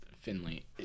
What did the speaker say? finley